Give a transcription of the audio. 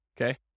okay